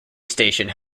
station